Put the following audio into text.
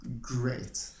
great